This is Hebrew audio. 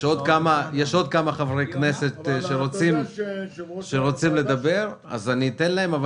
יש עוד כמה חברי כנסת שרוצים לדבר, אתן להם.